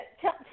tell